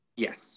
Yes